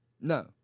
No